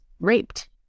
raped